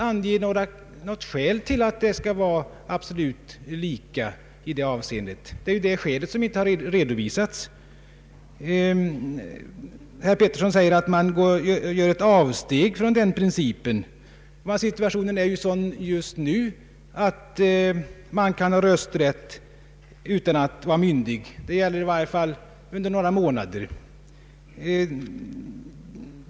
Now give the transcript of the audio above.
Ange något skäl till att myndighetsåldern och rösträttsåldern skall sammanfalla fullständigt! Något skäl har ju inte redovisats. Herr Georg Pettersson påstår att man inte skall göra ett avsteg från den principen. Men situationen just nu är ju sådan att man kan ha rösträtt utan att vara myndig. Det gäller i varje fall under några månader.